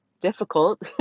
difficult